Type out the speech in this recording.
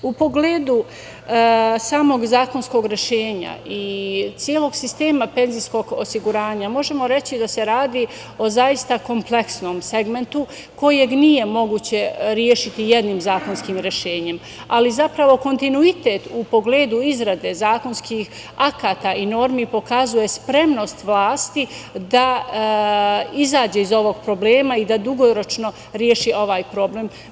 U pogledu samog zakonskog rešenja i celog sistema penzijskog osiguranja, možemo reći da se radi o zaista kompleksnom segmentu kojeg nije moguće rešiti jednim zakonskim rešenjem, ali zapravo kontinuitet u pogledu izrade zakonskih akata i normi pokazuje spremnost vlasti da izađe iz ovog problema i da dugoročno reši ovaj problem.